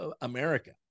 America